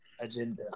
agenda